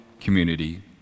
community